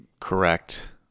correct